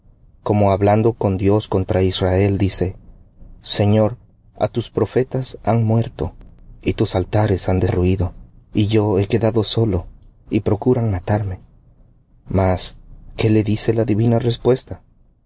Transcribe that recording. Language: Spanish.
cómo hablando con dios contra israel señor á tus profetas han muerto y tus altares han derruído y yo he quedado solo y procuran matarme mas qué le dice la divina respuesta